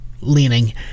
leaning